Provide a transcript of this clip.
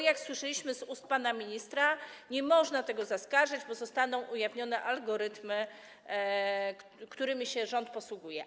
Jak słyszeliśmy z ust pana ministra, nie można tego zaskarżyć, bo zostaną ujawnione algorytmy, którymi się rząd posługuje.